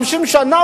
50 שנה,